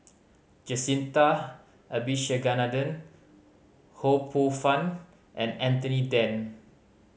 Jacintha Abisheganaden Ho Poh Fun and Anthony Then